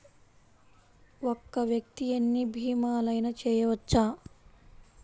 ఒక్క వ్యక్తి ఎన్ని భీమలయినా చేయవచ్చా?